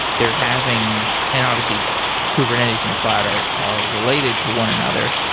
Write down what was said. they're having and obviously kubernetes and the cloud are are related to one another,